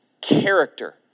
character